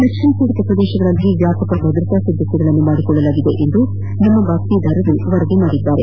ನಕ್ಬಲ್ ಪೀಡಿತ ಪ್ರದೇಶಗಳಲ್ಲಿ ವ್ಯಾಪಕ ಭದ್ರತಾ ಸಿದ್ದತೆಗಳನ್ನು ಮಾಡಿಕೊಳ್ಳಲಾಗಿದೆ ಎಂದು ನಮ್ಮ ಬಾತ್ಲೀದಾರರು ವರದಿ ಮಾಡಿದ್ದಾರೆ